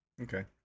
Okay